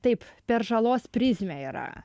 taip per žalos prizmę yra